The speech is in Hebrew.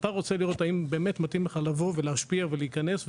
אתה רוצה לראות האם באמת מתאים לך לבוא ולהשפיע ולהיכנס.